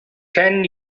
ten